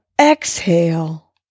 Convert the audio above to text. exhale